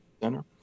center